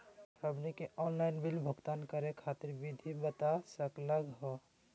हमनी के online bill भुगतान करे खातीर विधि बता सकलघ हो?